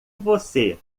você